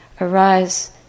arise